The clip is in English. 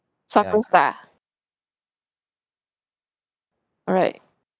alright